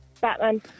Batman